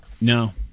No